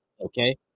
okay